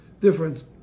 difference